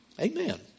Amen